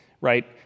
right